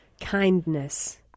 kindness